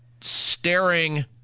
staring